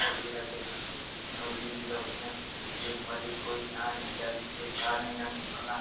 होलियै दे दिन जिस दिन होली हुंदी तां उस दिन इक दूए गी मली कोई नां निं कि कुसै ई सारें ई रंग मलना